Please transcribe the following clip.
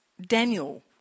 Daniel